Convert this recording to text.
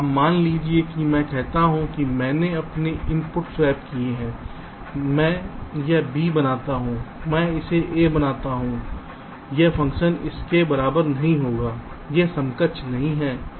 अब मान लीजिए कि मैं कहता हूं कि मैंने अपने इनपुट स्वैप किए हैं मैं यह B बनाता हूं मैं इसे A बनाता हूं यह फ़ंक्शन इसके बराबर नहीं होगा यह समकक्ष नहीं है